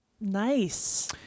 nice